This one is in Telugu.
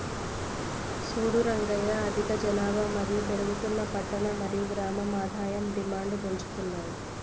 సూడు రంగయ్య అధిక జనాభా మరియు పెరుగుతున్న పట్టణ మరియు గ్రామం ఆదాయం డిమాండ్ను పెంచుతున్నాయి